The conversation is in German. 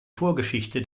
vorgeschichte